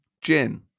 gin